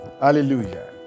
Hallelujah